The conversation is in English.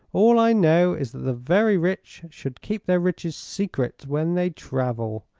all i know is that the very rich should keep their riches secret when they travel.